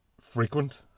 frequent